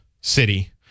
city